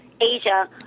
Asia